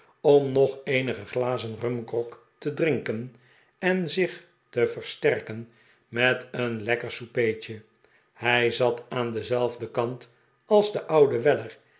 om nog eenige glazen rumgrog te drinken en zich te versterken met een lekker soupeetje hij zat aan denzelfden kant als de oude weller